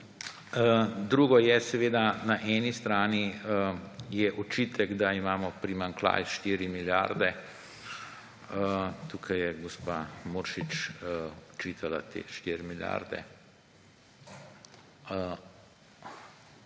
pravno ureditvijo. Na eni strani je očitek, da imamo primanjkljaja 4 milijarde, tukaj je gospa Muršič očitala te 4 milijarde.